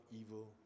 evil